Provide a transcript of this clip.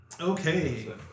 Okay